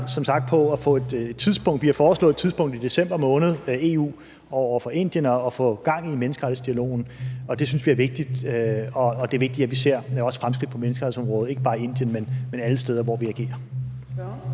foreslået et tidspunkt i december måned, hvor EU over for Indien kan få gang i menneskerettighedsdialogen, og det synes vi er vigtigt. Det er vigtigt, at vi ser fremskridt på også menneskerettighedsområdet, ikke bare i Indien, men alle steder, hvor vi agerer.